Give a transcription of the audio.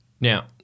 Now